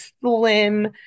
slim